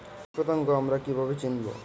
কীটপতঙ্গ আমরা কীভাবে চিনব?